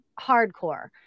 hardcore